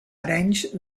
arenys